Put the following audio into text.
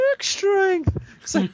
strength